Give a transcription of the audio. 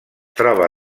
troba